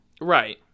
Right